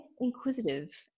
inquisitive